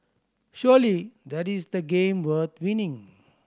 surely that is the game worth winning